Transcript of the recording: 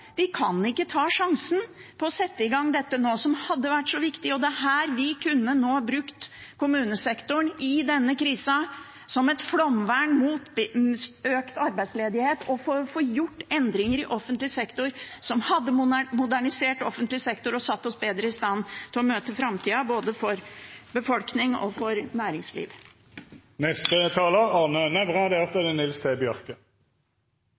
kan ikke ta sjansen på å sette i gang det som hadde vært så viktig nå. Det er her vi nå, i denne krisa, kunne ha brukt kommunesektoren som et flomvern mot økt arbeidsledighet og fått gjort endringer i offentlig sektor som hadde modernisert den og satt oss bedre i stand til å møte framtida, både befolkning og næringsliv. Det gjorde slett ikke noe at presidenten kalte representanten Andersen for representanten Nævra,